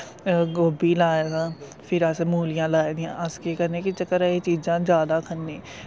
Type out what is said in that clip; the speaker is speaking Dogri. गोबी लाए दा फिर असें मूलियां लाई दियां अस केह् करने कि घरे दियां चीजां जैदा खन्ने